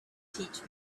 teach